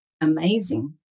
amazing